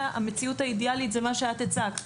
המציאות האידיאלית זה מה שאת הצגת,